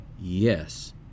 yes